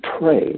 pray